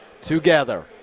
together